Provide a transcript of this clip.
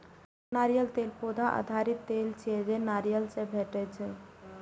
नारियल तेल पौधा आधारित तेल छियै, जे नारियल सं भेटै छै